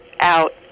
out